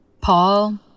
Paul